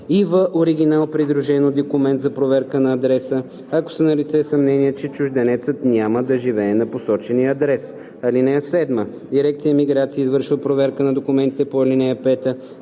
и в оригинал, придружени от документ за проверка на адреса, ако са налице съмнения, че чужденецът няма да живее на посочения адрес. (8) Дирекция „Миграция“ извършва проверка на документите по ал.